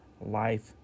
life